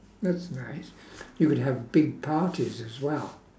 that's nice you could have big parties as well